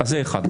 זה דבר אחד.